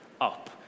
up